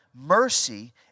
mercy